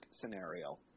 scenario